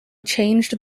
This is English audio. changed